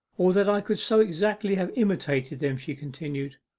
or that i could so exactly have imitated them she continued.